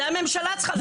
זה הממשלה צריכה לתת,